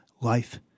life